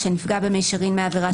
שנפגע במישרין מעבירה,